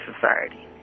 society